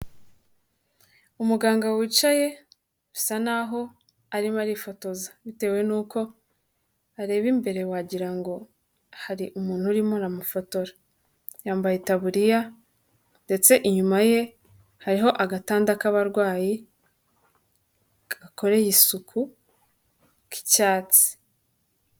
Umuganga wicaye, usa naho arimo arifotoza. Bitewe n'uko areba imbere wagira ngo hari umuntu urimo uramufotora. Yambaye itaburiya, ndetse inyuma ye hariho agatanda k'abarwayi, gakoreye isuku k'icyatsi.